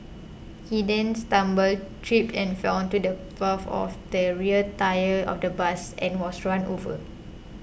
he then stumbled tripped and fell onto the path of the rear tyre of the bus and was run over